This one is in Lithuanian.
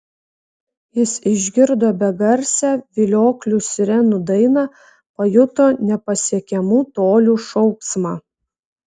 jis išgirdo begarsę vilioklių sirenų dainą pajuto nepasiekiamų tolių šauksmą